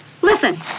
Listen